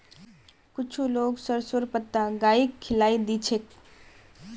कुछू लोग सरसोंर पत्ता गाइक खिलइ दी छेक